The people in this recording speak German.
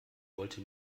wollte